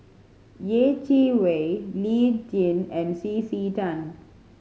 Yeh Chi Wei Lee Tjin and C C Tan